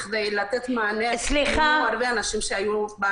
בכדי לתת מענה להרבה אנשים --- סליחה,